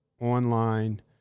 online